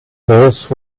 those